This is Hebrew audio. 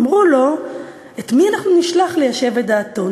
אמרו לו: את מי אנחנו נשלח ליישב את דעתו?